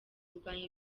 kurwanya